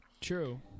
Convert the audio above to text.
true